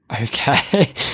Okay